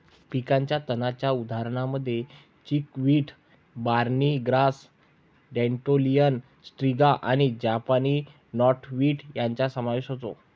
पिकाच्या तणांच्या उदाहरणांमध्ये chickweed, barny grass, dandelion, striga आणि जपानी नॉटवीड यांचा समावेश होतो